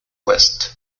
west